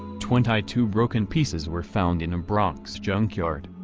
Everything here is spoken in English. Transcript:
twenty-two broken pieces were found in a bronx junkyard.